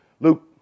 Luke